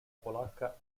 polacca